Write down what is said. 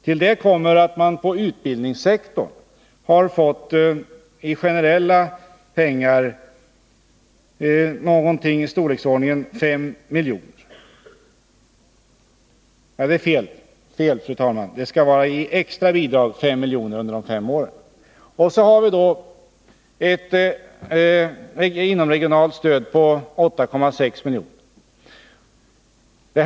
Till det kommer att man för utbildningssektorn har fått extra bidrag i storleksordningen 5 milj.kr. Så har vi ett inomregionalt stöd på 8,6 milj.kr.